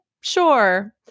sure